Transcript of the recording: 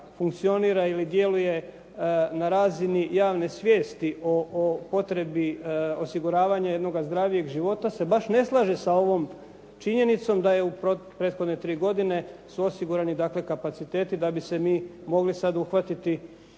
funkcionira ili djeluje na razini javne svijesti o potrebi osiguravanja jednoga zdravijeg života se baš ne slaže sa ovom činjenicom da u prethodne tri godine su osigurani kapaciteti da bi se mi mogli sad uhvatiti